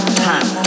time